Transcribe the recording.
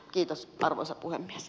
kiitos arvoisa puhemies